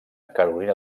carolina